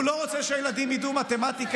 והוא לא רוצה שהילדים ידעו מתמטיקה,